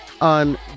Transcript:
on